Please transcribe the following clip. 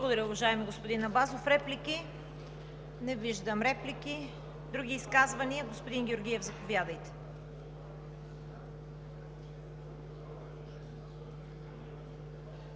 Благодаря Ви, уважаеми господин Абазов. Реплики? Не виждам. Други изказвания? Господин Георгиев, заповядайте.